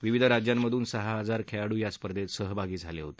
विविध राज्यांमधून सहा हजार खेळाडू या स्पर्धेत सहभागी झाले होते